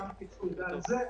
כל מה שאני אומר זה דבר כזה: